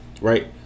right